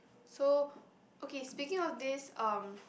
so okay speaking of this um